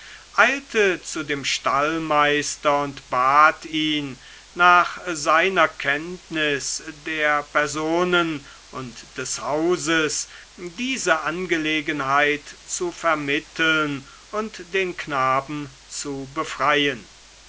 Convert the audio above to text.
eilte zu dem stallmeister und bat ihn nach seiner kenntnis der person und des hauses diese angelegenheit zu vermitteln und den knaben zu befreien